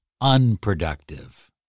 unproductive